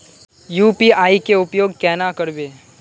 UPI के उपयोग केना करबे?